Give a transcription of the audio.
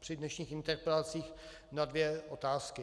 při dnešních interpelacích na dvě otázky.